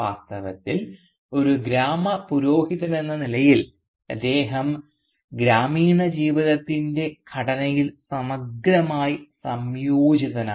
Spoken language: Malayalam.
വാസ്തവത്തിൽ ഒരു ഗ്രാമ പുരോഹിതനെന്ന നിലയിൽ അദ്ദേഹം ഗ്രാമീണ ജീവിതത്തിൻറെ ഘടനയിൽ സമഗ്രമായി സംയോജിതനാണ്